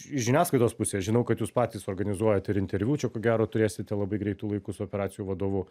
iš žiniasklaidos pusės žinau kad jūs patys organizuojate ir interviu čia ko gero turėsite labai greitu laiku su operacijų vadovu